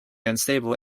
unstable